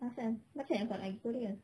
asal macam mana kau nak pergi korea